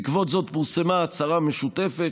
בעקבות זאת פורסמה הצהרה משותפת,